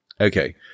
Okay